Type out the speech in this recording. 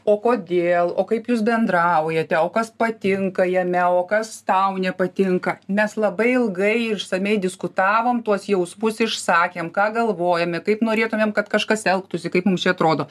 o kodėl o kaip jūs bendraujate o kas patinka jame o kas tau nepatinka mes labai ilgai ir išsamiai diskutavom tuos jausmus išsakėm ką galvojame kaip norėtumėm kad kažkas elgtųsi kaip mums čia atrodo